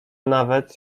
nawet